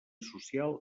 social